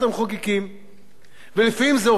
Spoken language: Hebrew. ולפעמים זה הופך לתכלית העבודה העיתונאית.